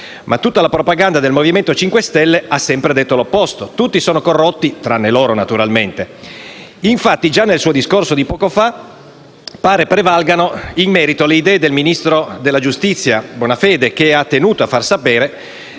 ma tutta la propaganda del Movimento 5 Stelle ha sempre detto l'opposto. Tutti sono corrotti: tutti tranne loro, naturalmente. Infatti, già nel suo discorso di poco fa pare prevalgano in merito le idee del ministro della giustizia Bonafede, che ha tenuto a far sapere